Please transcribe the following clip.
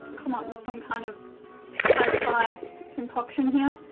come up with some kind of pad thai concoction here.